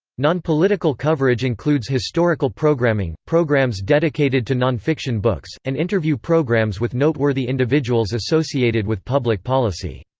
non-political coverage includes historical programming, programs dedicated to non-fiction books, and interview programs with noteworthy individuals associated with public policy.